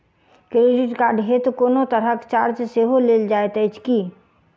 Credit card हेतु कोनो तरहक चार्ज सेहो लेल जाइत अछि की?